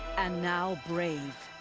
and now brave.